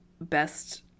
best